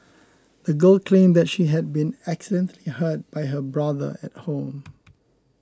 the girl claimed that she had been accidentally hurt by her brother at home